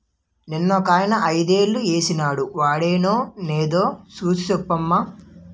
నిన్నొకాయన ఐదేలు ఏశానన్నాడు వొడినాయో నేదో సూసి సెప్పవమ్మా